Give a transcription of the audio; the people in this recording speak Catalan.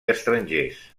estrangers